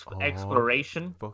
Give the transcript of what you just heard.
exploration